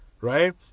right